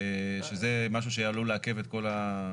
שזה משהו שעלול לעכב את הכל.